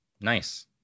Nice